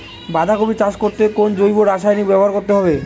বাঁধাকপি চাষ করতে কোন জৈব রাসায়নিক ব্যবহার করতে হবে?